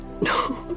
No